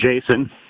Jason